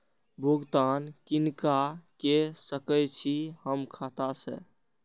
भुगतान किनका के सकै छी हम खाता से?